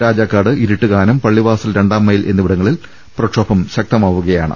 രാജാക്കാട് ഇരുട്ടുകാനം പള്ളിവാസൽ രണ്ടാംമൈൽ എന്നിവിടങ്ങളിൽ പ്രക്ഷോഭം ശക്തമാ വുകയാണ്